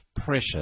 pressure